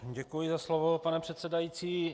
Děkuji za slovo, pane předsedající.